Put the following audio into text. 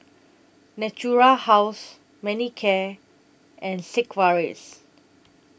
Natura House Manicare and Sigvaris